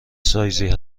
سایزی